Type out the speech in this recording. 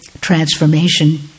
transformation